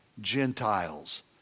Gentiles